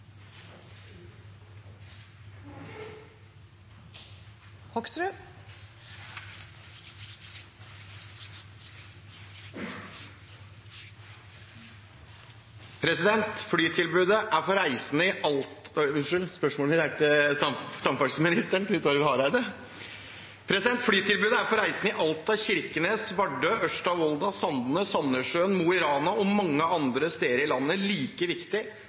Spørsmålet mitt er til samferdselsminister Knut Arild Hareide. Flytilbudet er for reisende i Alta, Kirkenes, Vardø, Ørsta, Volda, Sandane, Sandnessjøen, Mo i Rana og mange andre steder i landet like viktig